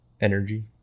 Energy